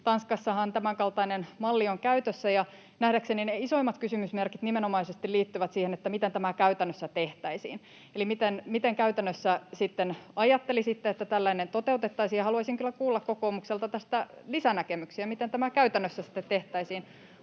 Tanskassahan tämänkaltainen malli on käytössä, ja nähdäkseni ne isoimmat kysymysmerkit liittyvät nimenomaisesti siihen, miten tämä käytännössä tehtäisiin. Eli miten käytännössä sitten ajattelisitte, että tällainen toteutettaisiin? Haluaisin kyllä kuulla kokoomukselta tästä lisänäkemyksiä, miten tämä käytännössä sitten tehtäisiin.